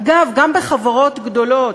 אגב, גם בחברות גדולות,